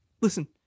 listen